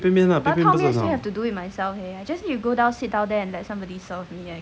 buy 杯杯面 lah 杯杯面也是很好